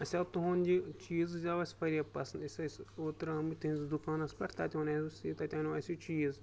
اَسہِ آو تُہُنٛد یہِ چیٖز حظ یہِ آو اَسہِ واریاہ پَسنٛد أسۍ ٲسۍ اوترٕ آمٕتۍ تُہٕنٛدِس دُکانَس پٮ۪ٹھ تَتہِ اَنیوَس یہِ تَتہِ انیو اَسہِ یہِ چیٖز